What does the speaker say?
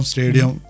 Stadium